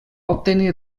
obtenir